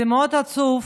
זה מאוד עצוב